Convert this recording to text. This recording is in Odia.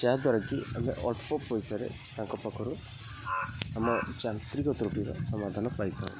ଯାହାଦ୍ୱାରା କି ଆମେ ଅଳ୍ପ ପଇସାରେ ତାଙ୍କ ପାଖରୁ ଆମ ଯାନ୍ତ୍ରିକ ତୃଟିର ସମାଧାନ ପାଇପାରୁ